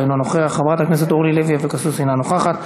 אינו נוכח,